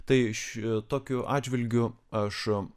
tai šitokiu atžvilgiu aš